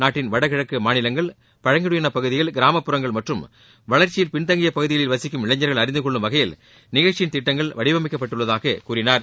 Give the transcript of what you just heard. நாட்டின் வடகிழக்கு மாநிலங்கள் பழங்குடியின பகுதிகள் கிராமப்புறங்கள் மற்றும் வளர்ச்சியில் பின்தங்கிய பகுதிகளில் வசிக்கும் இளைஞர்கள் அழிந்து கொள்ளும் வகையில் நிகழ்ச்சியின் திட்டங்கள் வடிவமைக்கப்பட்டுள்ளதாகக் கூறினார்